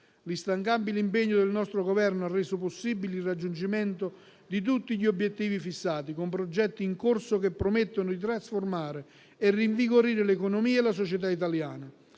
L'instancabile impegno del nostro Governo ha reso possibile il raggiungimento di tutti gli obiettivi fissati, con progetti in corso che promettono di trasformare e rinvigorire l'economia e la società italiana.